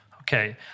Okay